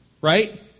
right